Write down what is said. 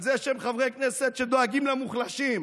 שהם חברי כנסת שדואגים למוחלשים,